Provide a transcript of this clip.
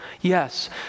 Yes